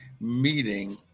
Meeting